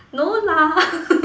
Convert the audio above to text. no lah